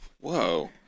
Whoa